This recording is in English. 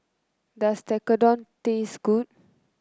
does Tekkadon taste good